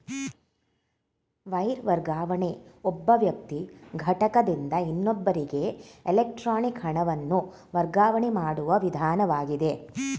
wire ವರ್ಗಾವಣೆ ಒಬ್ಬ ವ್ಯಕ್ತಿ ಘಟಕದಿಂದ ಇನ್ನೊಬ್ಬರಿಗೆ ಎಲೆಕ್ಟ್ರಾನಿಕ್ ಹಣವನ್ನು ವರ್ಗಾವಣೆ ಮಾಡುವ ವಿಧಾನವಾಗಿದೆ